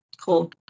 Cool